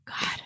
God